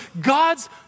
God's